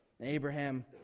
Abraham